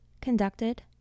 conducted